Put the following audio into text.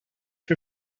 her